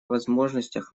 возможностях